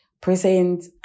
Present